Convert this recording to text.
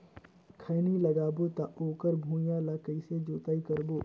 खैनी लगाबो ता ओकर भुईं ला कइसे जोताई करबो?